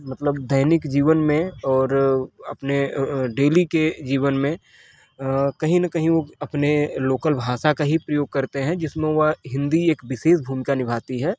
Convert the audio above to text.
मतलब दैनिक जीवन में और अपने डेली के जीवन में अ कहीं ना कहीं वो अपने लोकल भाषा का ही प्रयोग करते हैं जिसमें वह हिंदी एक विशेष भूमिका निभाती है